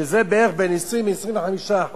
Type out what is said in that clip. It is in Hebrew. שזה בין 20% ל-25%,